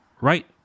Right